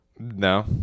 no